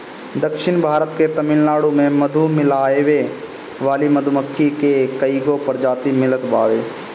दक्षिण भारत के तमिलनाडु में मधु लियावे वाली मधुमक्खी के कईगो प्रजाति मिलत बावे